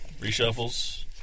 reshuffles